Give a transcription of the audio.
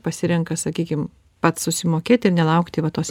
pasirenka sakykim pats susimokėti ir nelaukti va tos